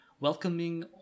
welcoming